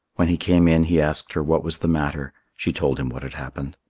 when he came in, he asked her what was the matter. she told him what had happened.